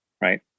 right